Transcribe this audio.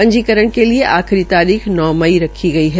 पंजीकरण के लिये आखिरी तारीख नौ मई रखी गई है